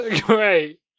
Great